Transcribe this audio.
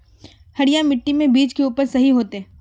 हरिया मिट्टी में बीज के उपज सही होते है?